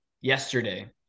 yesterday